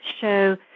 show